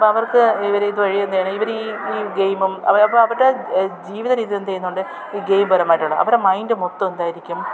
അപ്പം അവർക്ക് ഇവർ അത് വഴി എന്തു ചെയ്യുകയാണ് ഇവർ ഈ ഈ ഗെയിമും അപ്പം അവരുടെ ജീവിത രീതി എന്തു ചെയ്യുന്നു കൊണ്ട് ഈ ഗെയിം പരമായിട്ടാണ് അവരുടെ മൈൻഡ് മൊത്തം എന്തായിരിക്കും